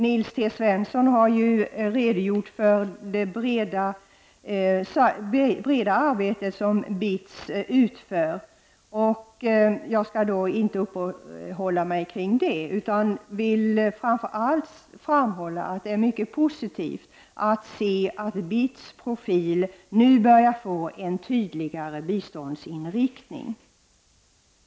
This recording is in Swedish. Nils T Svensson har ju redogjort för det breda arbete som BITS utför. Jag skall inte uppehålla mig kring detta, utan jag vill framför allt framhålla att det är mycket positivt att se att BITS verksamhet nu börjar få en tydligare biståndsinriktning.